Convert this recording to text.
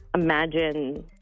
imagine